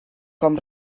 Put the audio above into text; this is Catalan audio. com